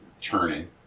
turning